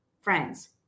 Friends